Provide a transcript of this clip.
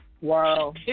wow